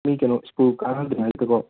ꯀꯩꯅꯣ ꯁ꯭ꯀꯨꯜ ꯀꯥꯅꯗ꯭ꯔꯤꯉꯩꯗꯀꯣ